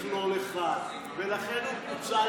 כמכלול אחד, ולכן הוא פוצל לארבעה.